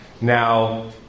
Now